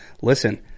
listen